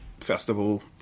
festival